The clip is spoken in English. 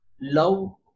love